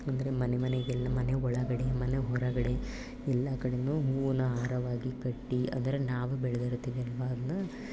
ಅಂದರೆ ಮನೆ ಮನೆಗೆಲ್ಲ ಮನೆ ಒಳಗಡೆ ಮನೆ ಹೊರಗಡೆ ಎಲ್ಲ ಕಡೆಯೂ ಹೂವನ್ನು ಹಾರವಾಗಿ ಕಟ್ಟಿ ಅಂದರೆ ನಾವೇ ಬೆಳೆದಿರುತ್ತೀವಿ ಅಲ್ವಾ ಅದನ್ನು